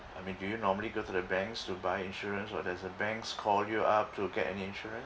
I mean do you normally go to the banks to buy insurance or does the banks call you up to get an insurance